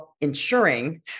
ensuring